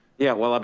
yeah. well, um